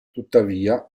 tuttavia